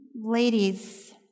ladies